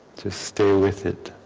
to stay with it